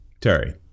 Terry